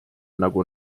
nagu